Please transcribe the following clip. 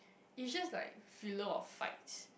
it just like filler or fights